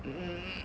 hmm